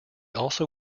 also